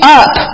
up